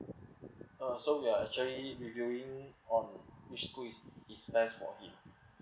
uh so we are actually reviewing on which school is is best for him